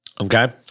Okay